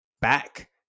back